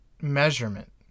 measurement